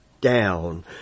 down